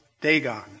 Dagon